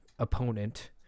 opponent